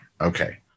Okay